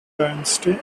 dynasty